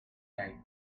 like